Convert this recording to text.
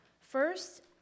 First